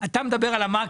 אתה מדבר על המאקרו.